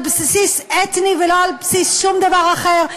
על בסיס אתני ולא על בסיס שום דבר אחר,